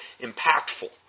impactful